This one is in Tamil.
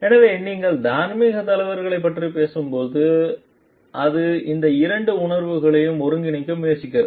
எனவே நீங்கள் தார்மீகத் தலைவர்களைப் பற்றிப் பேசும்போது அது இந்த இரண்டு உணர்வுகளையும் ஒருங்கிணைக்க முயற்சிக்கிறது